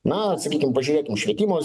na sakykim pažiūrėkim švietimo